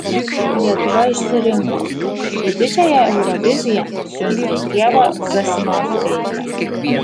lietuva išsirinko į didžiąją euroviziją siuntė ievą zasimauskaitę